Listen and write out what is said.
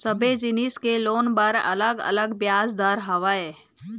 सबे जिनिस के लोन बर अलग अलग बियाज दर हवय